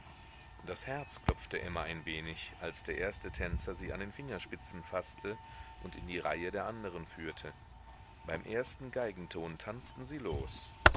das herz klopfte emma ein wenig als der erste tänzer sie an den fingerspitzen faßte und in die reihe der anderen führte beim ersten geigenton tanzten sie los